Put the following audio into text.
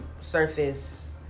surface